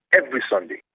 every sunday.